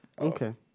Okay